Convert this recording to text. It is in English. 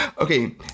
Okay